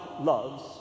loves